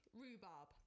Rhubarb